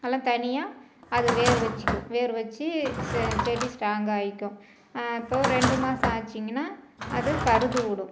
எல்லாம் தனியாக அது வேர் வச்சுக்கும் வேர் வச்சு செ செடி ஸ்ட்ராங்காக ஆகிக்கும் இப்போ ரெண்டு மாதம் ஆய்ச்சிங்கன்னா அது கருது விடும்